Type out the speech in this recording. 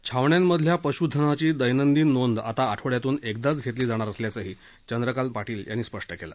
छावण्यांमधल्या पशुधनाची दैनंदिन नोंद आता आठवड्यातून एकदाच घेतली जाणार असल्याचही पाटील यांनी सांगितलं